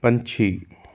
ਪੰਛੀ